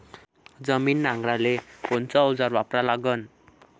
जमीन नांगराले कोनचं अवजार वापरा लागन?